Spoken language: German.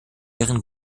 ihren